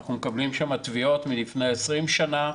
אנחנו מקבלים שם תביעות מלפני 20 שנה,